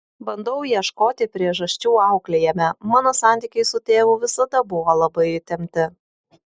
bandau ieškoti priežasčių auklėjime mano santykiai su tėvu visada buvo labai įtempti